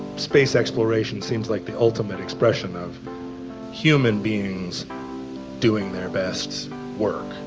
space exploration seems like the ultimate expression of human beings doing their best work.